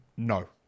No